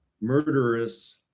murderous